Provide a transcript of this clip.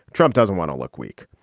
trump doesn't want to look weak.